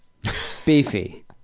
Beefy